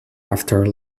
after